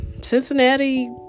Cincinnati